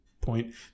point